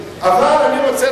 ארדן,